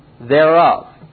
thereof